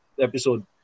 Episode